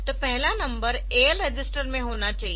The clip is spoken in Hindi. तो पहला नंबर AL रजिस्टर में होना चाहिए